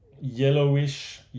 yellowish